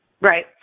Right